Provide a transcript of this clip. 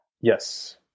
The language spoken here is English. Yes